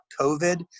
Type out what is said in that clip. COVID